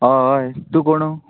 हय हय तूं कोण